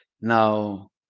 Now